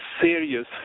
serious